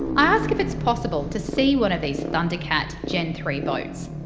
i ask if it's possible to see one of these thundercat gen three boats.